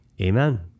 Amen